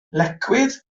lecwydd